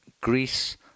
Greece